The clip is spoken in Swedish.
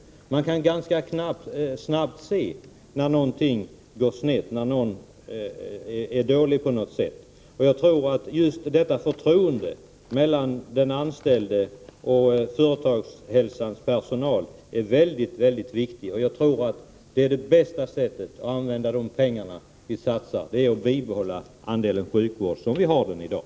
Man kan ganska snabbt se när någonting gått snett och när någon är dålig på något sätt. Jag tror att just detta förtroende mellan den anställde och företagshälsans personal är väldigt viktigt. Och jag tror att det bästa sättet att använda de pengar vi satsar är att bibehålla den andel sjukvård som vi har i dag.